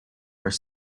are